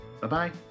Bye-bye